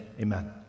amen